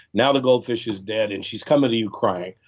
now the goldfish is dead and she's coming to you crying.